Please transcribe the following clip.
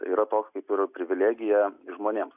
tai yra toks kaip ir privilegija žmonėms